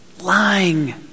Lying